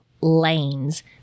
lanes